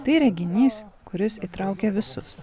tai reginys kuris įtraukia visus